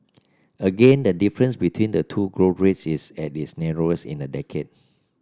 again the difference between the two growth rates is at its narrowest in a decade